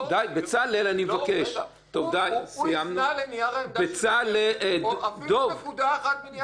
הוא הפנה לנייר העמדה - ואפילו לא הבאתי עוד נקודה אחת מהם.